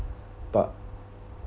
but